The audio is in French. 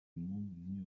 monde